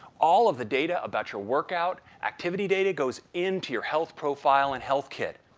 all of the data about your workout, activity data goes into your health profile in healthkit.